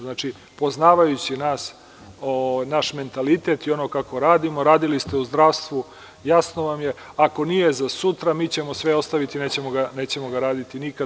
Znači, poznavajući nas, naš mentalitet i ono kako radimo, radili ste u zdravstvu, jasno vam je, nije za sutra, mi ćemo sve ostaviti, nećemo ga raditi nikad.